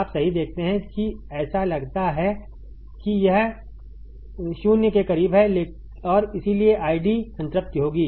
आप सही देखते हैं कि ऐसा लगता है कि यह 0 के करीब है और इसीलिए आईडी संतृप्ति होगी